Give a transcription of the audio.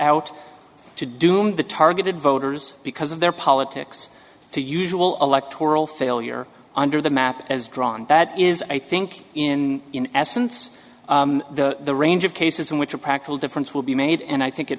out to doom the targeted voters because of their politics to usual electoral failure under the map as drawn that is i think in in essence the range of cases in which a practical difference will be made and i think it